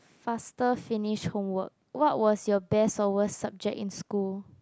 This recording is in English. faster finish homework what was your best or worst subject in school